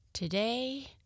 Today